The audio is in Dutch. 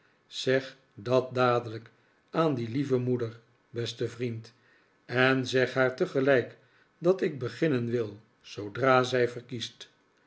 zeg dat dadelijk aan die lieve moeder beste vriend en zeg haar tegelijk dat ik beginnen wil zoodra zij verkiest